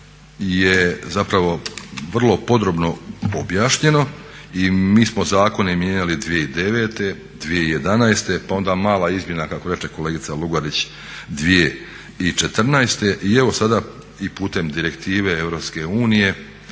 je zapravo vrlo podrobno objašnjeno i mi smo zakone mijenjali 2009., 2011., pa onda mala izmjena kako reče kolegica Lugarić 2014. i evo sada i putem direktive